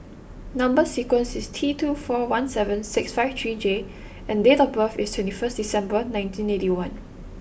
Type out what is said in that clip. number sequence is T two four one seven six five three J and date of birth is twenty first December nineteen eighty one